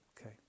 Okay